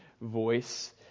voice